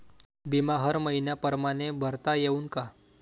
बिमा हर मइन्या परमाने भरता येऊन का?